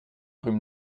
rhume